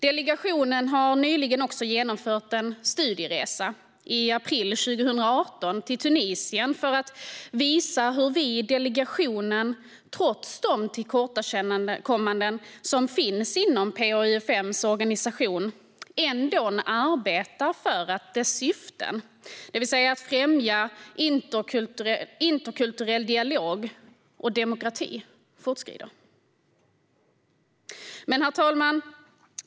Delegationen har nyligen också genomfört en studieresa, i april 2018, till Tunisien för att visa hur vi i delegationen, trots de tillkortakommanden som finns inom PA-UfM:s organisation, arbetar för dess syften, det vill säga att främja att interkulturell dialog och demokrati fortskrider. Herr talman!